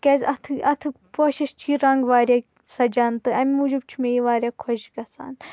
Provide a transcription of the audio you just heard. تِکیٛازِ اَتھ اَتھٕ پوشَس چھِ یہِ رَنٛگ واریاہ سجان تہٕ امہِ موجوٗب چھِ مےٚ یہِ واریاہ خۄش گژھان